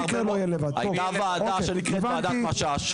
הייתה ועדה שנקראת ועדת משש.